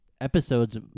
episodes